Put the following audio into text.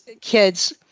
kids